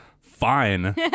fine